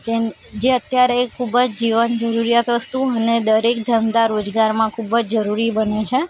જે અત્યારે ખૂબ જ જીવન જરૂરિયાત વસ્તુ અને દરેક ધંધા રોજગારમાં ખૂબ જ જરૂરી બન્યું છે